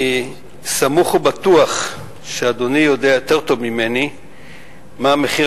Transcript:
אני סמוך ובטוח שאדוני יודע יותר טוב ממני מה המחיר